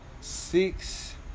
six